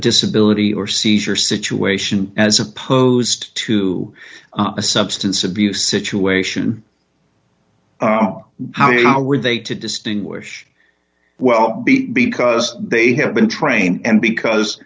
disability or seizure situation as opposed to a substance abuse situation how were they to distinguish well be because they have been trained and because